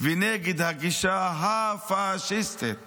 ונגד הגישה הפשיסטית